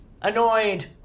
annoyed